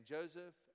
Joseph